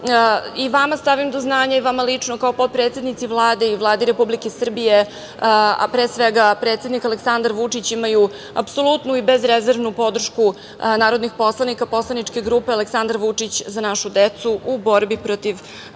i vama stavim do znanja i vama lično kao potpredsednici Vlade i Vladi Republike Srbije, a pre svega Aleksandar Vučić imaju apsolutnu i bezrezervnu podršku narodnih poslanika poslaničke grupe Aleksandar Vučić – Za našu decu u borbi protiv